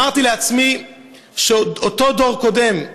אמרתי לעצמי שאותו דור קודם,